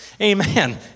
Amen